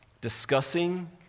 discussing